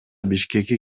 бишкекке